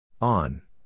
On